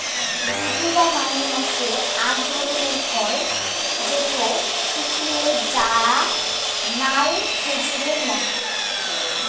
জুজুবা মানে হসে আক ধরণের ফল যেটো শুকিয়ে যায়া নাল খেজুরের মত